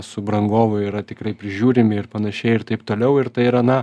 subrangovai yra tikrai prižiūrimi ir panašiai ir taip toliau ir tai yra na